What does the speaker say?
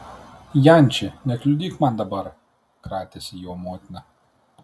janči nekliudyk man dabar kratėsi juo motina